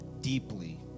deeply